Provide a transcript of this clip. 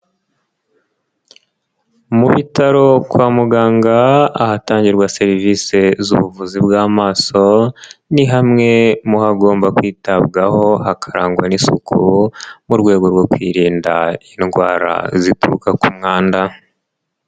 Mu bitaro kwa muganga ahatangirwa serivisi z'ubuvuzi bw'amaso ni hamwe mu hagomba kwitabwaho hakarangwa n'isuku mu rwego rwo kwirinda indwara zituruka ku mwanda.